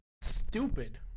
Stupid